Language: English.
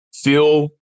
feel